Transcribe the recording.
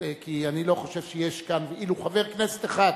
כי אני לא חושב שיש כאן ולו חבר כנסת אחד,